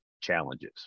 challenges